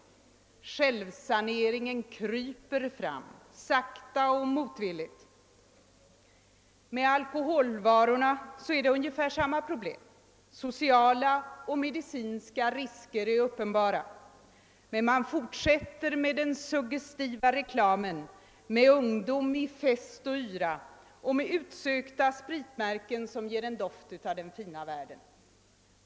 Självsaneringen kryper fram, sakta och motvilligt. Med alkoholvanorna är det ungefär samma problem. Sociala och medicinska risker är uppenbara, men man fortsätter med den suggestiva reklamen med ungdom i fest och yra och med utsökta spritmärken som ger en doft av den fina världen.